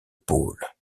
pôle